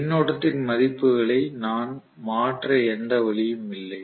மின்னோட்டத்தின் மதிப்புகளை நான் மாற்ற எந்த வழியும் இல்லை